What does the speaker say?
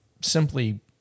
simply